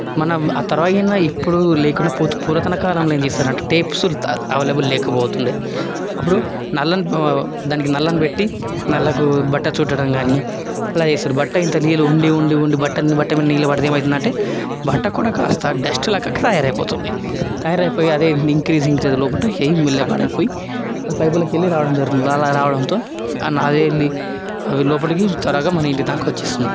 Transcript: మనం ఆ తర్వాత అయినా ఇప్పుడు లేకున్న పురాతన కాలంలో ఏం చేస్తారంటే టేప్స్ అవైలబుల్ లేక పోతుండే అప్పుడు నల్లాని దానికి నల్లాని పెట్టి నల్లాకు బట్ట చుట్టడం కానీ అలా చేస్తారు బట్టలు ఇంత నీలో ఉండి ఉండి ఉండి బట్ట బట్ట మీద నీళ్లు పడితే ఏమవుతుంది అంటే బట్ట కూడా కాస్త డస్ట్లాగా తయారు అయిపోతుంది తయారైపోయి అదే లోపల ఇంక్రీజింగ్ లోపలికి ఎయిర్ వెళ్ళి పాడైపోయి ఆ పైపులకెళ్ళి రావడం జరుగుతుంది అలా రావడంతో ఆ నల్లాని ఆ లోపలకి త్వరగా మన ఇంటి దాకా వచ్చేస్తుంది